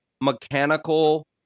mechanical